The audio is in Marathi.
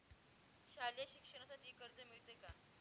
शालेय शिक्षणासाठी कर्ज मिळते का?